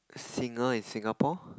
singer in Singapore